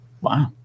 Wow